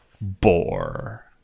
bore